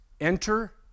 Enter